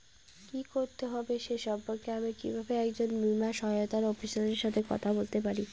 কী করতে হবে সে সম্পর্কে আমি কীভাবে একজন বীমা সহায়তা অফিসারের সাথে কথা বলতে পারি?